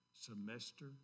semester